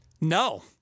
No